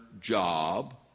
job